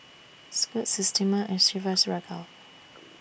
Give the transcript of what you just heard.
Scoot Systema and Chivas Regal